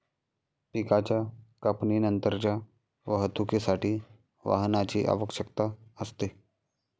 पिकाच्या कापणीनंतरच्या वाहतुकीसाठी वाहनाची आवश्यकता असते